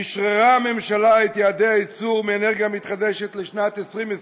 אשררה הממשלה את יעדי הייצור מאנרגיה מתחדשת לשנת 2020: